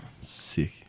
Sick